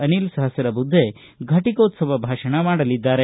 ಅನಿಲ್ ಸಹಸ್ರಬುದ್ದೆ ಫಟಕೋತ್ಸವ ಭಾಷಣ ಮಾಡಲಿದ್ದಾರೆ